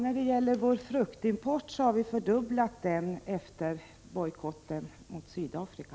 Fru talman! Vår fruktimport från Chile har fördubblats efter bojkotten mot Sydafrika.